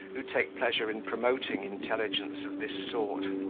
who take pleasure in promoting intelligence of this sort.